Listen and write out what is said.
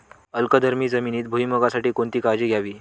अल्कधर्मी जमिनीत भुईमूगासाठी कोणती काळजी घ्यावी?